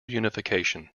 unification